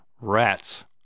Rats